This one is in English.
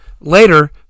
Later